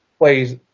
plays